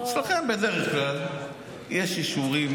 אצלכם, בדרך כלל, יש אישורים.